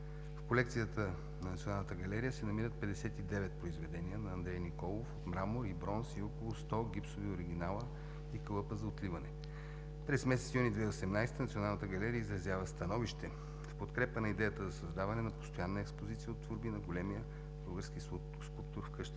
В колекцията на Националната галерия се намират 59 произведения на Андрей Николов – мрамор и бронз, и около 100 гипсови оригинала и калъпа за отливане. През месец юни 2018 г. Националната галерия изразява становище в подкрепа на идеята за създаване на постоянна експозиция от творби на големия български скулптор в къщата.